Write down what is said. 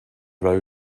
row